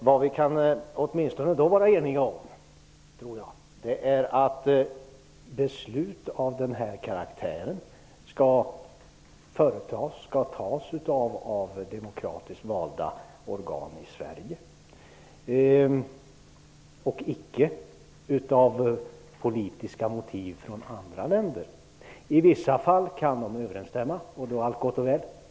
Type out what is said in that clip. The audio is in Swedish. Vad vi åtminstone kan vara eniga om är att beslut av den här karaktären skall fattas av demokratiskt valda organ i Sverige och icke med politiska motiv av andra länder. I vissa fall kan dessa överensstämma, och då är allt gott och väl.